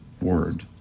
word